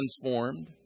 transformed